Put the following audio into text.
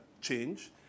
change